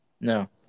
No